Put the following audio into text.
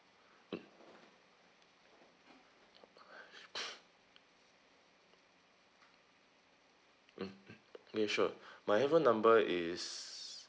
mm mmhmm ya sure my handphone number is